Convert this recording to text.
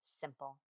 simple